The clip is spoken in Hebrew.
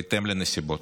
בהתאם לנסיבות.